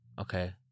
Okay